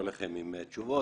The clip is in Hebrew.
נעבור להתייחסויות.